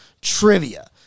trivia